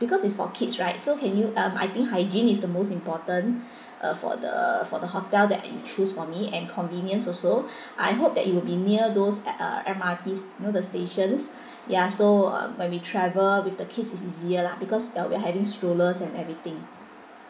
because it's for kids right so can you um I think hygiene is the most important uh for the for the hotel that you choose for me and convenience also I hope that it will be near those at uh M_R_T you know the stations ya so um when we travel with the kids it's easier lah because we are having strollers and everything